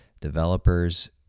developers